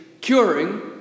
curing